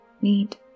need